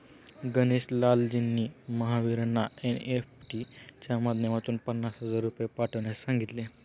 गणेश लालजींनी महावीरांना एन.ई.एफ.टी च्या माध्यमातून पन्नास हजार रुपये पाठवण्यास सांगितले